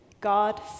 God